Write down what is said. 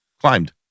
climbed